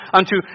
unto